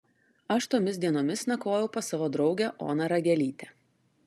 aš tomis dienomis nakvojau pas savo draugę oną ragelytę